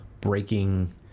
breaking